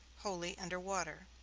wholly under water.